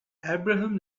abraham